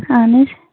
اَہَن حظ